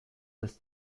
das